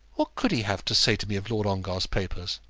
what could he have to say to me of lord ongar's papers?